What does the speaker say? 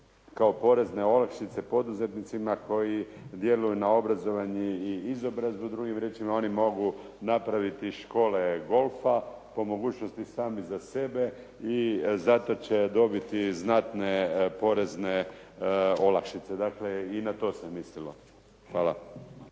kao porezne olakšice poduzetnicima koji djeluju na obrazovanje i izobrazbu. Drugim riječima, oni mogu napraviti škole golfa, po mogućnosti sami za sebe i za to će dobiti znatne porezne olakšice. Dakle, i na to se mislilo. Hvala.